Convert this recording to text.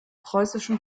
preußischen